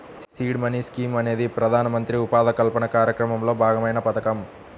seed money scheme అనేది ప్రధానమంత్రి ఉపాధి కల్పన కార్యక్రమంలో భాగమైన పథకం